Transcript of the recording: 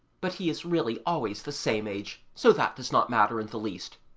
but he is really always the same age, so that does not matter in the least.